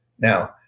Now